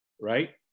Right